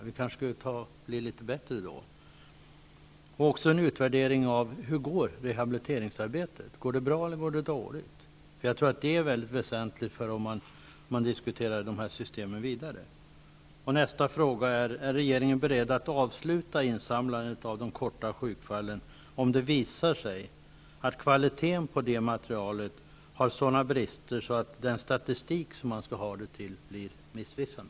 Vi borde således kanske bli bättre i det avseendet. Vidare behövs det en utvärdering av rehabiliteringsarbetet för att utröna om det går bra eller dåligt. Jag tror att det är högst väsentligt att veta det inför vidare diskussioner om de här systemen. Nästa fråga är: Är regeringen beredd att avsluta insamlandet av uppgifter om korttidssjukfallen, om det visar sig att kvaliteten på materialet har sådana brister att den statistik som materialet skall ligga till grund för blir missvisande?